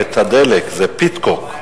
רק רציתי להזכיר לך את הדלק, זה "פטקוק".